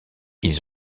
ils